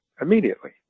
immediately